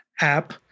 app